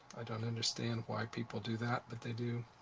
i don't understand why people do that, but they do.